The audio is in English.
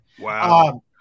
Wow